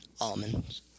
almonds